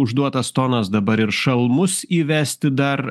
užduotas tonas dabar ir šalmus įvesti dar